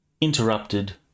Interrupted